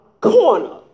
corner